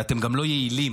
ואתם גם לא יעילים,